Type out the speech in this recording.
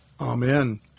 Amen